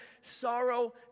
sorrow